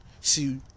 see